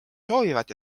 soovivad